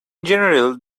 general